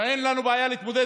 ואין לנו בעיה להתמודד,